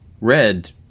red